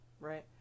right